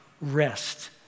rest